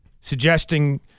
suggesting